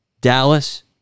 Dallas